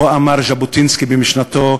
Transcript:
כה אמר ז'בוטינסקי במשנתו,